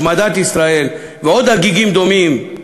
השמדת ישראל ועוד הגיגים דומים,